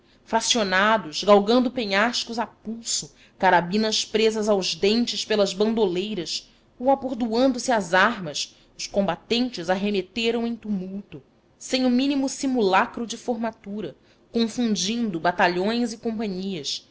fracionados galgando penhascos a pulso carabinas presas aos dentes pelas bandoleiras ou abordoando se às armas os combatentes arremeteram em tumulto sem o mínimo simulacro de formatura confundidos batalhões e companhias